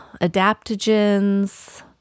adaptogens